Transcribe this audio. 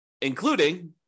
including